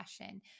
passion